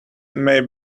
may